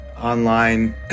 online